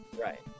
right